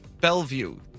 Bellevue